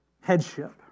headship